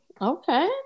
okay